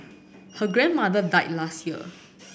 her grandmother died last year